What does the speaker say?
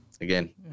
Again